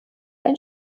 ein